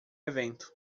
evento